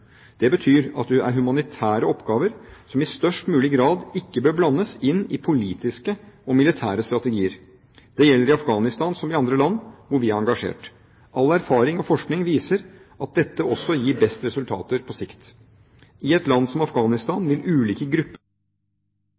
Det betyr at det er humanitære oppgaver som i størst mulig grad ikke bør blandes inn i politiske og militære strategier. Det gjelder i Afghanistan som i andre land hvor vi er engasjert. All erfaring og forskning viser at dette også gir best resultater på sikt. I et land som Afghanistan vil ulike